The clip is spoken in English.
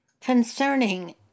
Concerning